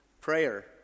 Prayer